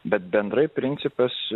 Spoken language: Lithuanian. bet bendrai principas